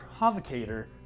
provocator